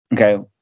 okay